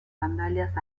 sandalias